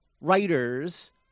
writers